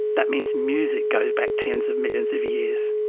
that means music goes back tens of millions of years.